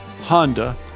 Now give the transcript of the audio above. Honda